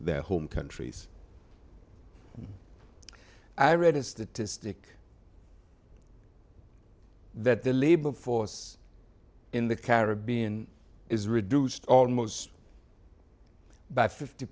their home countries i read a statistic that the labor force in the caribbean is reduced almost by fifty